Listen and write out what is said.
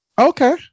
Okay